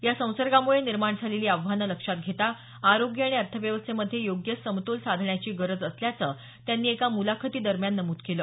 या संसर्गामुळे निर्माण झालेली आव्हानं लक्षात घेता आरोग्य आणि अर्थव्यवस्थेमधे योग्य समतोल साधण्याची गरज असल्याचं त्यांनी एका मुलाखती दरम्यान नमूद केलं